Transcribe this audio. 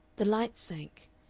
the lights sank,